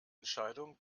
entscheidung